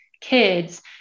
kids